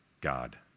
God